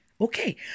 Okay